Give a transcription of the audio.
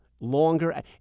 longer